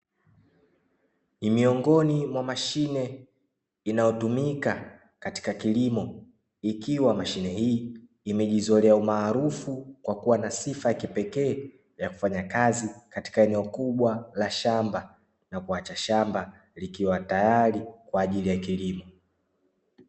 Ni miongoni mwa mashine inayotumika katika kilimo, ikiwa mashine hii imejizolea umaarufu kwa kuwa na sifa ya kipekee ya kufanya kazi katika eneo kubwa la shamba, na kuacha shamba likiwa tayari kwa ajili ya kilimo.